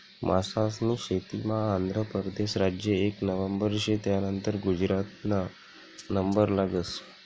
मासास्नी शेतीमा आंध्र परदेस राज्य एक नंबरवर शे, त्यानंतर गुजरातना नंबर लागस